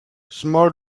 small